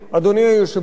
אדוני היושב-ראש,